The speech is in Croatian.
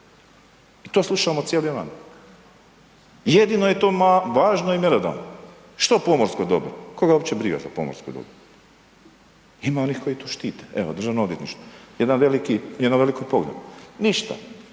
i to slušamo cijeli dan. Jedino je to važno i mjerodavno. Što pomorsko dobro, koga uopće briga za pomorsko dobro? Ima onih koji ih tu štite, evo DORH, jedno veliko … ništa,